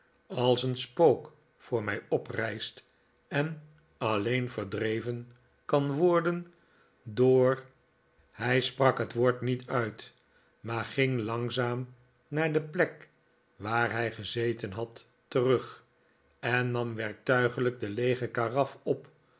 als een spook voor mij oprijst en alleen verdreven kan worden door hij sprak het woord niet uit maar ging langzaam naar de plek waar hij gezeten had terug en nam werktuiglijk de leege karaf op